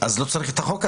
לא צריך את החוק הזה.